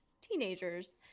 teenagers